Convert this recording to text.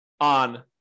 on